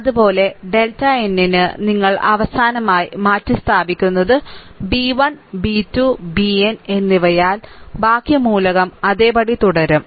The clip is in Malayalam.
അതുപോലെ ഡെൽറ്റ n ന് നിങ്ങൾ അവസാനമായി മാറ്റിസ്ഥാപിക്കുന്നത് b 1 b 2 bn എന്നിവയാൽ ബാക്കി മൂലകം അതേപടി തുടരും